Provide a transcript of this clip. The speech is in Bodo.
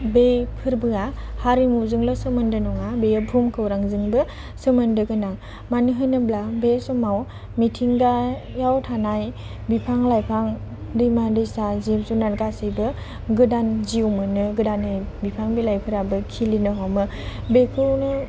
बे फोरबोआ हारिमुजोंल' सोमोन्दो नङा बेयो भुमखौरांजोंबो सोमोन्दों गोनां मानो होनोब्ला बे समाव मिथिंगायाव थानाय बिफां लाइफां दैमा दैसा जिब जुनार गासैबो गोदान जिउ मोनो गोदानै बिफां बिलाइफ्राबो खिलिनो हमो बेखौनो